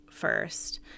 first